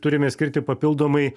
turime skirti papildomai